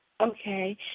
Okay